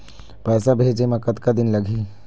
पैसा भेजे मे कतका दिन लगही?